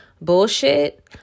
bullshit